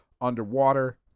underwater